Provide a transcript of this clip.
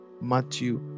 Matthew